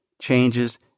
changes